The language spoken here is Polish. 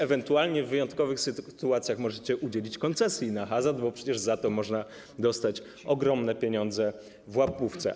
Ewentualnie w wyjątkowych sytuacjach możecie udzielić koncesji na hazard, bo przecież za to można dostać ogromne pieniądze w łapówce.